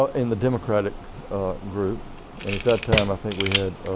in the democratic group and at that time i think we had